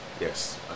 Yes